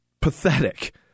pathetic